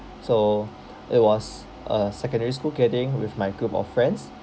so it was a secondary school gathering with my group of friends